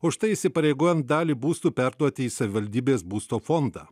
už tai įsipareigojant dalį būstų perduoti į savivaldybės būsto fondą